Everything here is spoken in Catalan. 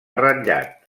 ratllat